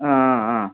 ஆ ஆ ஆ